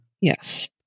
Yes